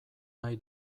nahi